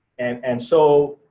and and so,